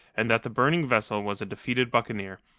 and that the burning vessel was a defeated buccaneer,